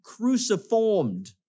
cruciformed